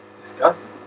disgusting